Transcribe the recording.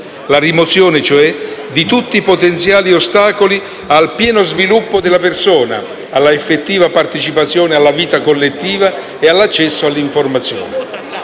la rimozione cioè di tutti i potenziali ostacoli al pieno sviluppo della persona, all'effettiva partecipazione alla vita collettiva e all'accesso all'informazione.